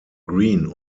green